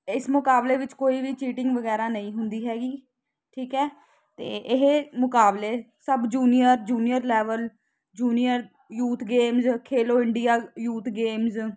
ਇਸ ਮੁਕਾਬਲੇ ਵਿੱਚ ਕੋਈ ਵੀ ਚੀਟਿੰਗ ਵਗੈਰਾ ਨਹੀਂ ਹੁੰਦੀ ਹੈਗੀ ਠੀਕ ਹੈ ਅਤੇ ਇਹ ਮੁਕਾਬਲੇ ਸਭ junior junior level junior youth games Khelo India youth games